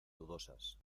dudosas